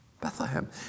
Bethlehem